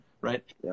Right